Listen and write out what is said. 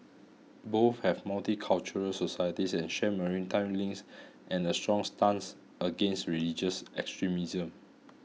both have multicultural societies and share maritime links and a strong stance against religious extremism